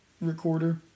recorder